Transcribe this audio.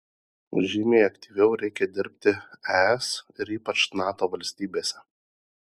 žymiai aktyviau reikia dirbti es ir ypač nato valstybėse